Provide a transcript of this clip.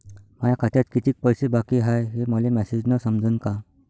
माया खात्यात कितीक पैसे बाकी हाय हे मले मॅसेजन समजनं का?